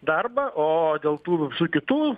darbą o dėl tų visų kitų